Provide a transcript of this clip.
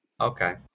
Okay